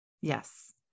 yes